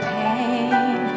pain